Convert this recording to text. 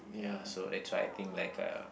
ya so I try I think like a